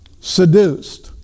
seduced